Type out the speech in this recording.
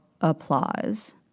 Applause